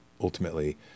ultimately